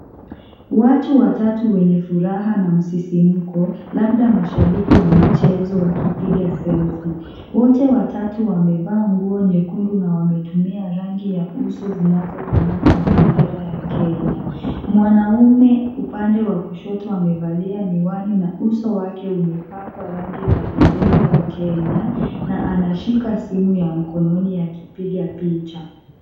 Watu watatu wenye furaha na msisimko, labda mashabiki wa michezo wakipiga selfie .Wote watatu wamevaa nguo nyekundu na wametumia rangi ya uso zinazofanana na bendera ya Kenya. Mwanaume upande wa kushoto amevalia miwani na uso wake umepakwa rangi za bendera ya Kenya na anashika simu ya mkononi akipiga picha.